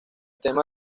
tema